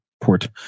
port